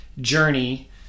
journey